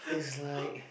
is like